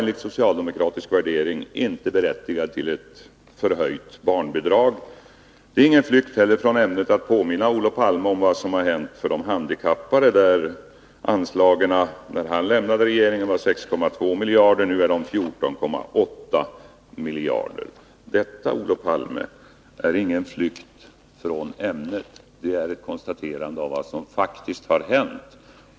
Enligt socialdemokratisk värdering var de inte berättigade till ett förhöjt barnbidrag. Det är heller ingen flykt från ämnet att påminna Olof Palme om vad som har hänt för de handikappade, där anslagen när han lämnade regeringen var 6,2 miljarder kronor. Nu är de 14,8 miljarder kronor. Detta, Olof Palme, är ingen flykt från ämnet — det är ett konstaterande av vad som faktiskt har hänt.